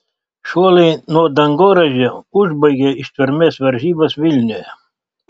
šuoliai nuo dangoraižio užbaigė ištvermės varžybas vilniuje